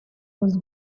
was